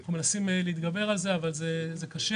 אנחנו מנסים להתגבר על זה אבל זה קשה.